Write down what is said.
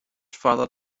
father